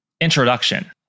Introduction